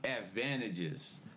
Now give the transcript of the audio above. advantages